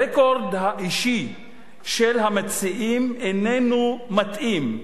הרקורד האישי של המציעים איננו מתאים.